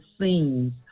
scenes